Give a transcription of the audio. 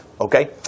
Okay